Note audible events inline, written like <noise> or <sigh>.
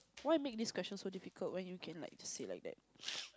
why make this question so difficult when you can like said like that <noise>